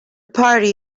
party